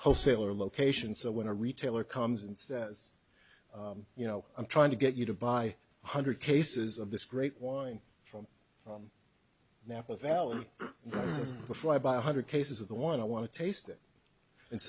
wholesaler location so when a retailer comes and says you know i'm trying to get you to buy one hundred cases of this great wine from napa valley prices before i buy one hundred cases of the one i want to taste it and